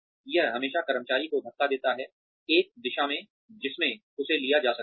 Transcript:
यह हमेशा कर्मचारी को धक्का देता है एक दिशा में जिसमें उसे लिया जा सकता है